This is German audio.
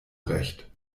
recht